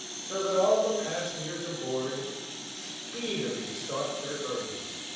so that all the passengers aboard speedily sought their berths.